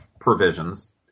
provisions